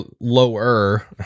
lower